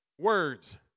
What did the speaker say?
Words